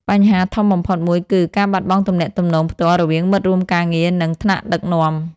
បញ្ហាធំបំផុតមួយគឺ ការបាត់បង់ទំនាក់ទំនងផ្ទាល់ រវាងមិត្តរួមការងារ និងថ្នាក់ដឹកនាំ។